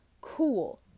cool